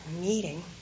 meeting